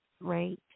right